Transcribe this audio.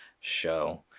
show